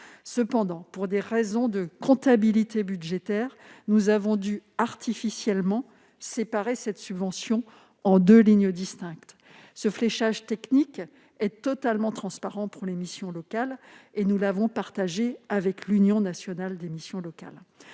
Toutefois, pour des raisons de comptabilité budgétaire, nous avons dû artificiellement séparer cette subvention en deux lignes distinctes. Ce fléchage technique est totalement transparent pour les missions locales et nous l'avons partagé avec l'Union nationale des missions locales